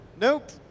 Nope